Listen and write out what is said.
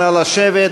נא לשבת.